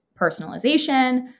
personalization